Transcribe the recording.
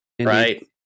right